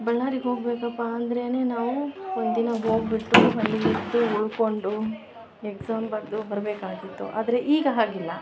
ಬಳ್ಳಾರಿಗೆ ಹೋಗ್ಬೇಕಪ್ಪ ಅಂದ್ರೇ ನಾವು ಒಂದಿನ ಹೋಗ್ಬಿಟ್ಟು ಅಲ್ಲಿ ಇದ್ದು ಉಳ್ಕೊಂಡು ಎಗ್ಸಾಮ್ ಬರೆದು ಬರಬೇಕಾಗಿತ್ತು ಆದರೆ ಈಗ ಹಾಗಿಲ್ಲ